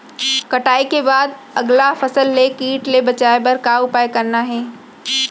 कटाई के बाद अगला फसल ले किट ले बचाए बर का उपाय करना हे?